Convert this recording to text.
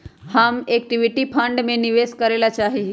हम equity fund में निवेश करे ला चाहा हीयी